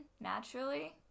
naturally